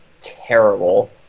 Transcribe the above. terrible